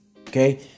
Okay